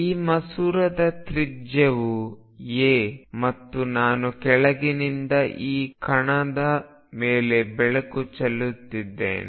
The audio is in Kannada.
ಈ ಮಸೂರದ ತ್ರಿಜ್ಯವು a ಮತ್ತು ನಾನು ಕೆಳಗಿನಿಂದ ಈ ಕಣದ ಮೇಲೆ ಬೆಳಕು ಚೆಲ್ಲುತ್ತಿದ್ದೇನೆ